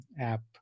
app